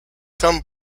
tan